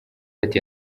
ati